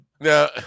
Now